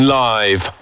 live